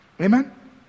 Amen